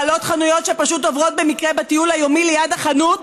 בעלות חנויות שפשוט עוברות במקרה בטיול היומי ליד החנות,